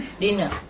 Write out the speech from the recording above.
dinner